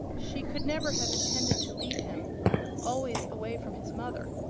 she could never have intended to leave him always away from his mother.